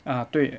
ah 对